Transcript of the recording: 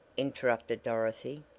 interrupted dorothy.